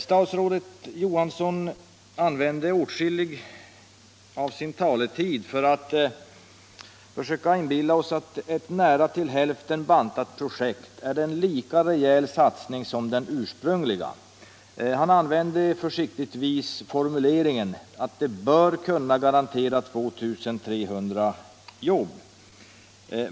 Statsrådet Johansson använder åtskilligt av sin talartid till att försöka inbilla oss att ett nästan till hälften bantat projekt är en lika rejäl satsning som det ursprungliga. Han använde försiktigtvis formuleringen att det ”bör” kunna garantera 2 300 jobb.